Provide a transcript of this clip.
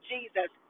Jesus